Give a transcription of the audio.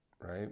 Right